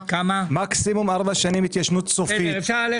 מקסימום ארבע שנים התיישנות סופית,